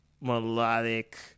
melodic